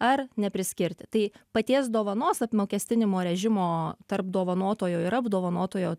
ar nepriskirti tai paties dovanos apmokestinimo režimo tarp dovanotojo ir apdovanotojo